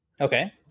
Okay